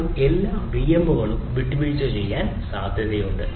അപ്പോൾ എല്ലാ വിഎമ്മുകളും വിട്ടുവീഴ്ച ചെയ്യാൻ സാധ്യതയുണ്ട്